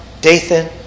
Dathan